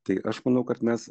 tai aš manau kad mes